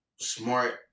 smart